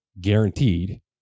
guaranteed